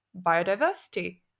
biodiversity